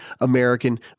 American